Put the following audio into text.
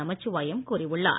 நமச்சிவாயம் கூறியுள்ளார்